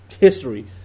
history